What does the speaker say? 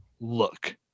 look